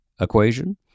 equation